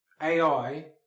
AI